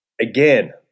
Again